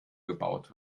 gebaut